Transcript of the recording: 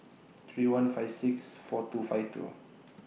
three one five six four two five two